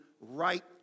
right